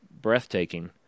breathtaking